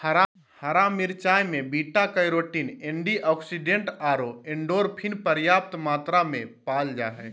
हरा मिरचाय में बीटा कैरोटीन, एंटीऑक्सीडेंट आरो एंडोर्फिन पर्याप्त मात्रा में पाल जा हइ